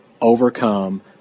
overcome